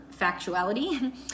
factuality